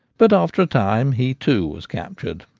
but after a time he, too, was captured.